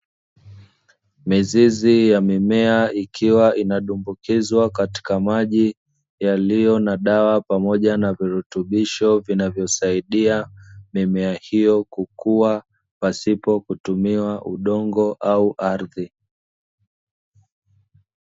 Mizizi ya mimea, ikiwa inadumbukizwa katika maji yaliyo na dawa pamoja na virutubisho vinavyosaidia mimea hiyo kukua pasipo kutumia udongo au ardhi.